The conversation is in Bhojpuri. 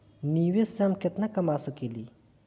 निवेश से हम केतना कमा सकेनी?